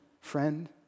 friend